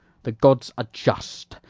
the gods are just,